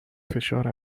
فشار